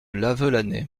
lavelanet